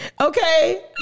Okay